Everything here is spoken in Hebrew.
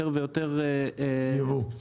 יש יותר ויותר יבוא,